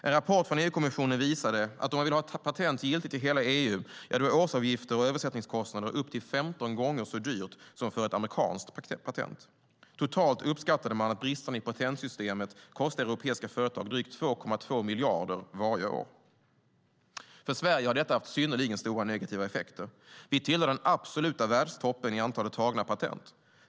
En rapport från EU-kommissionen visade att om man vill ha ett patent giltigt i hela EU är årsavgifter och översättningskostnader upp till 15 gånger så höga som för ett amerikanskt patent. Totalt uppskattar man att bristerna i patentsystemet kostar europeiska företag drygt 2,2 miljarder kronor varje år. För Sverige har detta haft synnerligen stora negativa effekter. Vi tillhör den absoluta världstoppen i antalet tagna patent.